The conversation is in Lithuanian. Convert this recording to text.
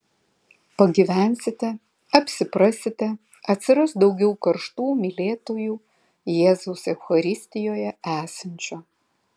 pagyvensite apsiprasite atsiras daugiau karštų mylėtojų jėzaus eucharistijoje esančio